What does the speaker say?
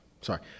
sorry